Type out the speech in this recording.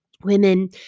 Women